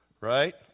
right